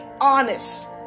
honest